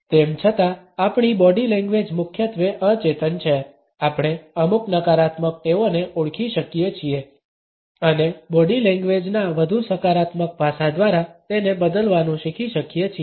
તેમ છતાં આપણી બોડી લેંગ્વેજ મુખ્યત્વે અચેતન છે આપણે અમુક નકારાત્મક ટેવોને ઓળખી શકીએ છીએ અને બોડી લેંગ્વેજના વધુ સકારાત્મક પાસા દ્વારા તેને બદલવાનું શીખી શકીએ છીએ